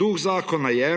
Duh zakona je,